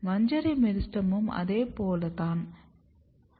மஞ்சரி மெரிஸ்டெமும் அதே போல் தான் இருக்கும்